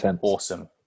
awesome